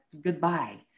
Goodbye